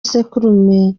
isekurume